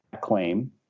claim